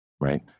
right